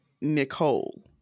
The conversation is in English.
Nicole